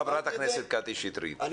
חברת הכנסת קטי שטרית, אין ויכוח.